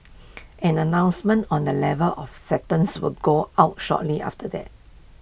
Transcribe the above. an announcement on the level of acceptances will go out shortly after that